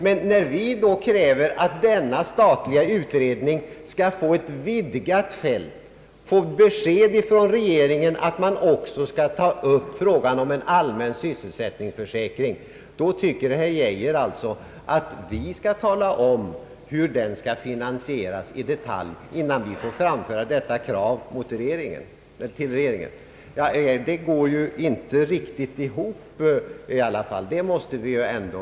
Men när vi kräver att denna statliga utredning skall få vidgade uppgifter, dvs. ett besked från regeringen om att också ta snabbt upp frågan om en allmän sysselsättningsförsäkring, då tycker herr Geijer att vi skall tala om i detalj hur försäkringen skall finansieras, innan vi för fram detta krav till regeringen. Herr Geijer måste väl ändå erkänna att det inte går ihop.